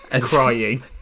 Crying